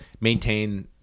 maintain